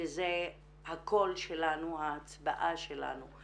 שזה הקול שלנו, ההצבעה שלנו.